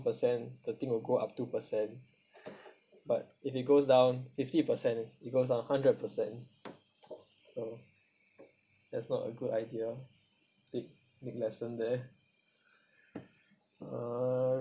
percent the thing will go up two percent but if it goes down fifty percent it goes down hundred percent so that's not a good idea big big lesson there uh